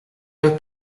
que